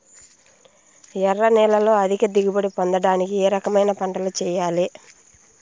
ఎర్ర నేలలో అధిక దిగుబడి పొందడానికి ఏ రకమైన పంటలు చేయాలి?